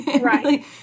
right